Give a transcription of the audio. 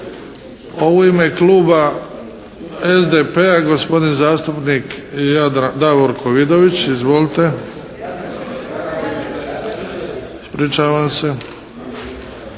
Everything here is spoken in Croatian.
A u ime Kluba SDP-a gospodin zastupnik Jadran, Davorko Vidović. Izvolite, ispričavam se.